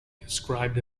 described